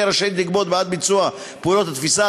רשאי לגבות בעד ביצוע פעולות התפיסה,